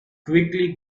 quickly